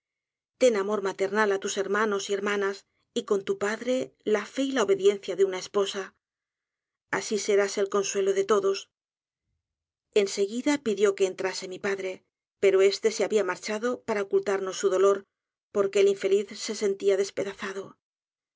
ten amor maternal á tus hermanos y hermanas y con tu padre la fe y la obediencia de una esposa así serás el consuelo de todos en seguida pidió que entrase mi padre pero este sehabia marchado para ocultarnos su dolor porque el infeliz se sentía despedazado